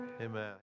Amen